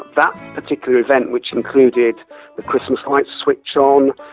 that particular event which included the christmas lights switch on,